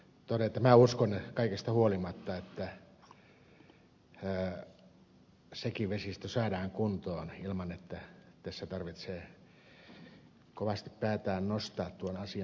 minä uskon kaikesta huolimatta että sekin vesistö saadaan kuntoon ilman että tässä tarvitsee kovasti päätään nostaa tuon asian tiimoilta